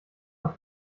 auch